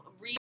read